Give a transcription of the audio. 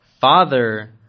father